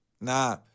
Nah